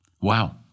Wow